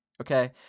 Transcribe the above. Okay